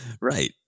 Right